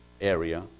area